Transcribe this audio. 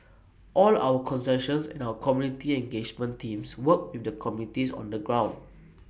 all our concessions and our community engagement teams work with the communities on the ground